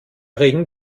regen